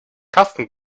karsten